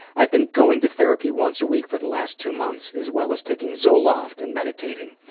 i've been going to therapy once a week for the last two months as well as taking zoloft and meditating.